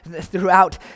throughout